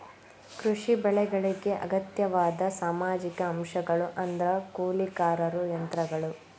ಕೃಷಿ ಬೆಳೆಗಳಿಗೆ ಅಗತ್ಯವಾದ ಸಾಮಾಜಿಕ ಅಂಶಗಳು ಅಂದ್ರ ಕೂಲಿಕಾರರು ಯಂತ್ರಗಳು